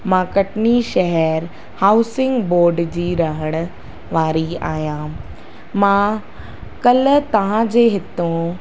मां कटनी शहरु housing board जी रहण वारी आहियां मां काल्ह तव्हांजे हितां